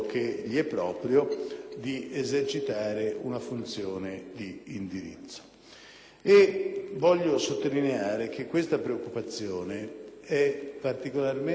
Vorrei sottolineare che questa preoccupazione è particolarmente rilevante, intanto perché